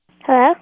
Hello